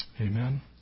Amen